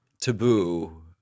taboo